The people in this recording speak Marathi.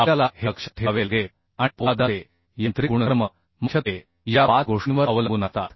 आपल्याला हे लक्षात ठेवावे लागेल आणि पोलादाचे यांत्रिक गुणधर्म मुख्यत्वे या पाच गोष्टींवर अवलंबून असतात